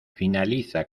finaliza